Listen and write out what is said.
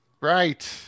Right